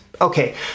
okay